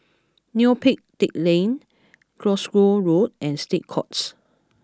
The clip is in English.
Neo Pee Teck Lane Glasgow Road and State Courts